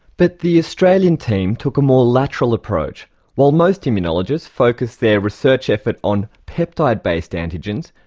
but the australian team took a more lateral approach while most immunologists focus their research effort on peptide-based antigens,